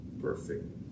perfect